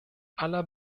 aller